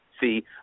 See